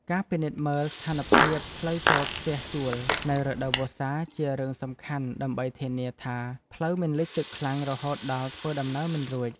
ការពិនិត្យមើលស្ថានភាពផ្លូវចូលផ្ទះជួលនៅរដូវវស្សាជារឿងសំខាន់ដើម្បីធានាថាផ្លូវមិនលិចទឹកខ្លាំងរហូតដល់ធ្វើដំណើរមិនរួច។